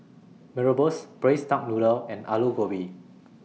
Mee Rebus Braised Duck Noodle and Aloo Gobi